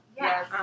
Yes